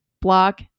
Block